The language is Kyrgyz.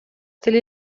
тили